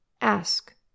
Ask